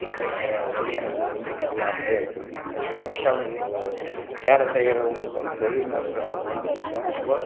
அப்படிங்கிற ஒருங்கிணைப்பு வந்து இல்லாமையே இருக்குது இந்த கி கட்டமைப்பு வேலை செய்கிறவங்களுக்கு வந்து தொழில் நடத்துகிறவங்க வந்து ரொம்ப